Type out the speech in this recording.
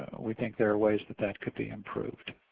we think there are ways that that could be improved.